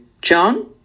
John